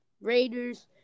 Raiders